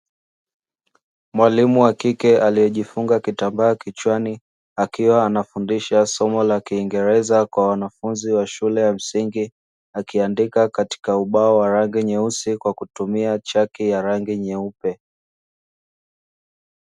Mwalimu wa kike aliyejifunga kitambaa kichwani, akiwa anafundisha somo la kiingereza kwa wanafunzi wa shule ya msingi, akiandika katika ubao wa rangi nyeusi kwa kutumia chaki ya rangi nyeupe.